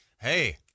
Hey